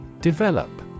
Develop